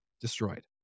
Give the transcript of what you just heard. destroyed